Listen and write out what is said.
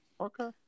Okay